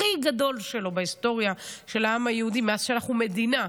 הכי גדול שלו בהיסטוריה של העם היהודי מאז שאנחנו מדינה,